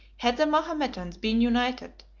had the mahometans been united,